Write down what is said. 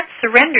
surrender